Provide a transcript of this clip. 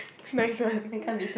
nice one